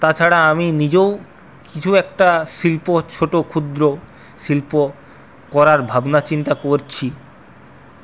তাছাড়া আমি নিজেও কিছু একটা শিল্প ছোটো ক্ষুদ্র শিল্প করার ভাবনা চিন্তা করছি